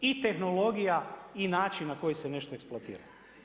I tehnologija i način na koji se nešto eksploatira.